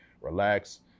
relax